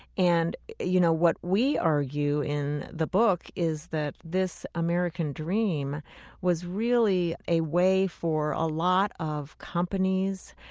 and you know what we argue in the book is that this american dream was really a way for a lot of companies,